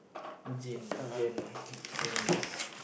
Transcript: gen~ generous